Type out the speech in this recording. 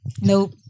Nope